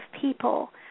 people